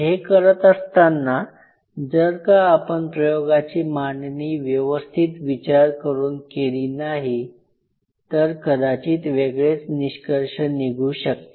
हे करत असताना जर का आपण प्रयोगाची मांडणी व्यवस्थित विचार करून केली नाही तर कदाचित वेगळेच निष्कर्ष निघू शकतील